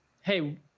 hey